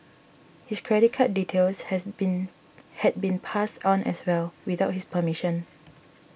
his credit card details has been had been passed on as well without his permission